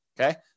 Okay